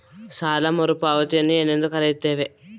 ಸಾಲ ಮರುಪಾವತಿಯನ್ನು ಏನೆಂದು ಕರೆಯುತ್ತಾರೆ?